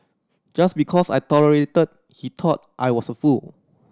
just because I tolerated he thought I was a fool